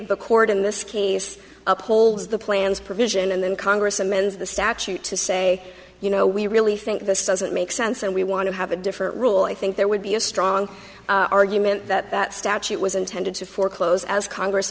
the court in this case upholds the plan's provision and then congress amend the statute to say you know we really think this doesn't make sense and we want to have a different rule i think there would be a strong argument that that statute was intended to foreclose as congress